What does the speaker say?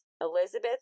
Elizabeth